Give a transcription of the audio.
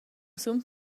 sun